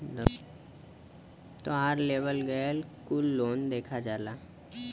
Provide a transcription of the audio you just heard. तोहार लेवल गएल कुल लोन देखा जाला